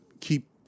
keep